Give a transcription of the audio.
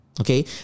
Okay